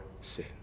sin